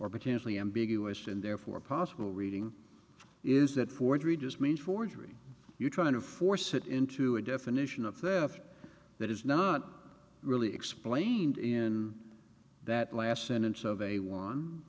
or potentially ambiguous and therefore possible reading is that forgery just means forgery you're trying to force it into a definition of theft that is not really explained in that last sentence